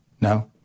No